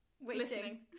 Listening